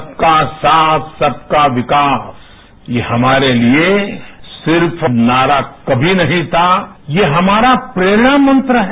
सबका साथ सबका विकास ये हमारे लिए सिर्फ नारा कमी नहीं था ये हमारा प्रेरणा मंत्र है